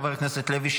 חבר הכנסת לוי,